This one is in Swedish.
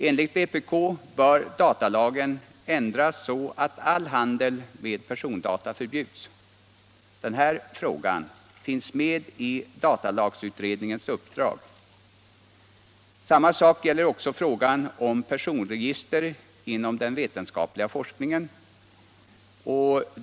Enligt vpk bör datalagen ändras så att all handel med persondata förbjuds. Denna fråga finns med i datalagsutredningens uppdrag. Detta gäller också frågan om personregister inom den vetenskapliga forskningen.